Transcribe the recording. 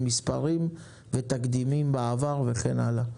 במספרים ובתקדימים בעבר וכן הלאה.